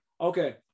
okay